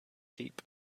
sheep